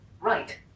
Right